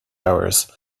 hours